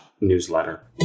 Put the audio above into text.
newsletter